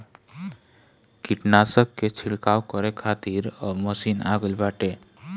कीटनाशक के छिड़काव करे खातिर अब मशीन आ गईल बाटे